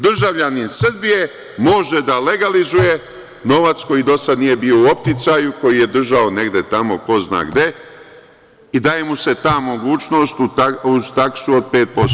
Državljanin Srbije može da legalizuje novac koji dosad nije bio u opticaju, koji je držao negde tamo, ko zna gde i daje mu se ta mogućnost, uz taksu od 5%